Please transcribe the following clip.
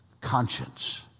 conscience